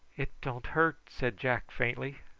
it don't hurt, said jack faintly.